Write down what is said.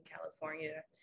California